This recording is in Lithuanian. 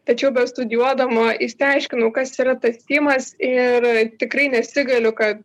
tačiau bestudijuodama išsiaiškinau kas yra tas stimas ir tikrai nesigailiu kad